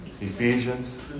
Ephesians